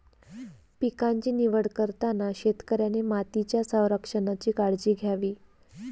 पिकांची निवड करताना शेतकऱ्याने मातीच्या संरक्षणाची काळजी घ्यावी